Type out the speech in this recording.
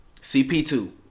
CP2